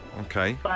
Okay